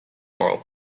moral